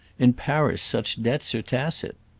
in paris such debts are tacit.